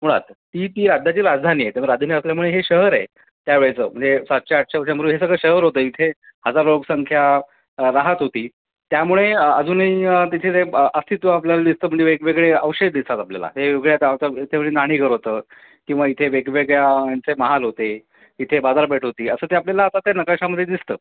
मुळात ती ती राज्याची राजधानी आहे राजधानी असल्यामुळे हे शहर आहे त्यावेळेचं म्हणजे सातशे आठशे वर्षांपूर्वी हे सगळं शहर होतं इथे हजारो लोकसंख्या राहात होती त्यामुळे अजूनही तिथे जे अस्तित्व आपल्याला दिसतं म्हणजे वेगवेगळे अवशेष दिसतात आपल्याला हे वेगवेगळ्या याच्यामध्ये न्हाणीघर होतं किंवा इथे वेगवेगळ्या यांचे महाल होते इथे बाजारपेठ होती असं ते आपल्याला आता ते नकाशामध्ये दिसतं